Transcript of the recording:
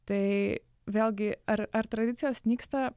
tai vėlgi ar ar tradicijos nyksta